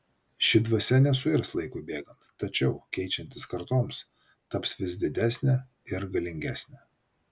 ši dvasia nesuirs laikui bėgant tačiau keičiantis kartoms taps vis didesne ir galingesne